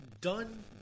done